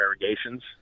irrigations